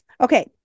Okay